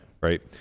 Right